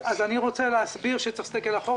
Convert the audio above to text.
אני רוצה להסביר שצריך להסתכל אחורה